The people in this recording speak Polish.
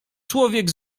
człowiek